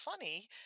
funny